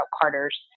Carter's